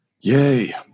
Yay